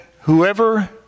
whoever